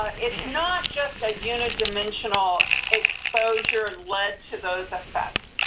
it's not just a unidimensional exposure led to those effects.